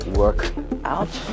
workout